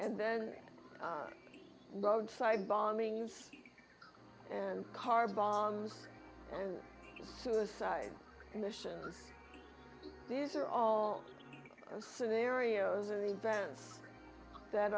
and then roadside bombing and car bombs and suicide missions these are all scenarios are events that